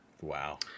Wow